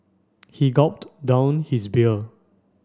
he gulped down his beer